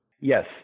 Yes